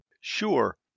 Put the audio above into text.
Sure